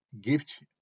gift